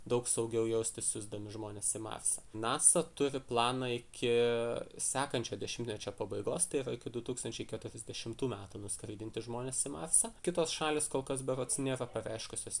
daug saugiau jaustis siųsdami žmones į marsą nasa turi planą iki sekančio dešimtmečio pabaigos tai yra iki du tūkstančiai keturiasdešimtų metų nuskraidinti žmones į marsą kitos šalys kol kas berods nėra pareiškusios